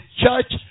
church